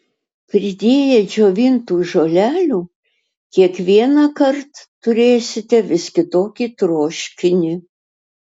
pridėję džiovintų žolelių kiekvienąkart turėsite vis kitokį troškinį